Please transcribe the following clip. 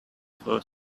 for